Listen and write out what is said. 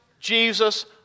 Jesus